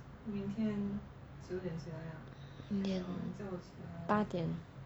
明天八点